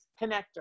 connector